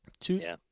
Two